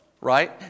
right